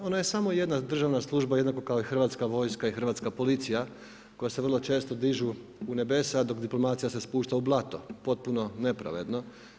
Ona je samo jedna državna služba jednako kao i hrvatska vojska i hrvatska policija koja se vrlo često dižu u nebesa dok diplomacija se spušta u blato, potpuno nepravedno.